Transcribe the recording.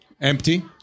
empty